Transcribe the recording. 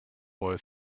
boy